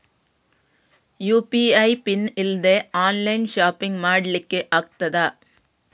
UPI pin ಇಲ್ದೆ online shopping ಮಾಡ್ಲಿಕ್ಕೆ ಆಗ್ತದಾ?